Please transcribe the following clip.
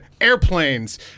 airplanes